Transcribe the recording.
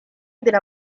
della